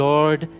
Lord